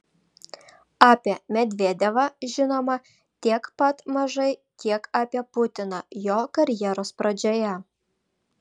apie medvedevą žinoma tiek pat mažai kiek apie putiną jo karjeros pradžioje